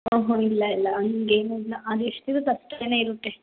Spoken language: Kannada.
ಊಂ ಹ್ಞೂ ಇಲ್ಲ ಇಲ್ಲ ಹಂಗೇನಿಲ್ಲ ಅದು ಎಷ್ಟು ಇರುತ್ತೆ ಅಷ್ಟೇ ಇರುತ್ತೆ